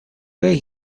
where